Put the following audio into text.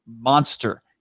monster